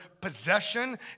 possession